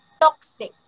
toxic